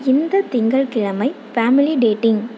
இந்த திங்கள்கிழமை family dating